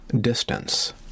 distance